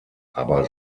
aber